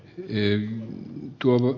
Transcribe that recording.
en tuo